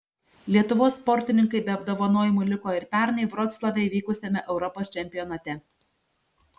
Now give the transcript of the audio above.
lietuvos sportininkai be apdovanojimų liko ir pernai vroclave įvykusiame europos čempionate